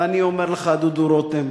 ואני אומר לך, דודו רותם,